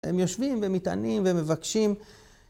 הם יושבים ומתענים ומבקשים